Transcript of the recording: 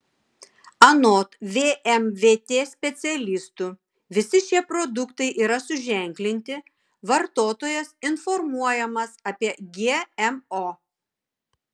anot vmvt specialistų visi šie produktai yra suženklinti vartotojas informuojamas apie gmo